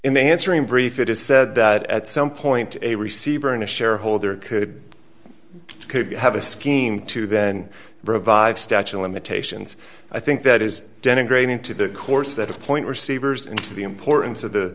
in the answering brief it is said that at some point a receiver and a shareholder could have a scheme to then revive statue of limitations i think that is denigrating to the courts that appoint receivers and to the importance of the